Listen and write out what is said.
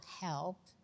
help